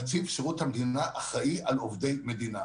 נציב שירות המדינה אחראי על עובדי מדינה.